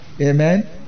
Amen